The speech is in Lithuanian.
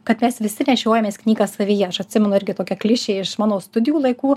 kad mes visi nešiojamės knygą savyje aš atsimenu irgi tokia klišė iš mano studijų laikų